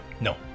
No